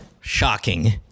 Shocking